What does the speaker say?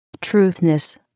truthness